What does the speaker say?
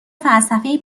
فلسفهای